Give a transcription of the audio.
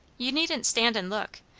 you needn't stand and look.